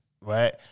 right